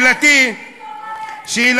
אז תספח, חבר הכנסת זוהר.